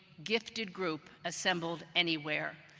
gifted group assembled anywhere.